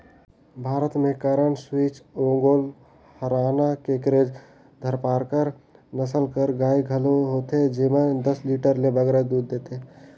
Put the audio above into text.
भारत में करन स्विस, ओंगोल, हराना, केकरेज, धारपारकर नसल कर गाय घलो होथे जेमन दस लीटर ले बगरा दूद देथे